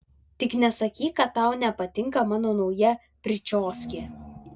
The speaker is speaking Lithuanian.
tik nesakyk kad tau nepatinka mano nauja pričioskė